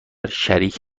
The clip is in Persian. شریک